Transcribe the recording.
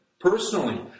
personally